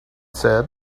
said